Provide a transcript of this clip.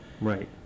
Right